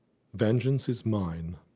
vengeance is mine.